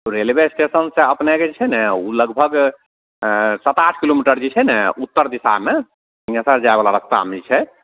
railway एस्टेशनसे अपनेके जे छै ने ओ लगभग सात किलोमीटर जे छै ने उत्तर दिशामे सिँहेश्वर जाइवला रस्तामे जे छै